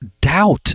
doubt